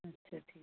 अच्छा ठीक